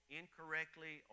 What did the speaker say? incorrectly